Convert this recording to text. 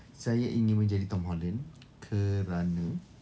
saya ingin menjadi tom holland kerana